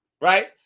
right